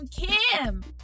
Kim